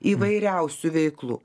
įvairiausių veiklų